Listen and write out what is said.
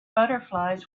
butterflies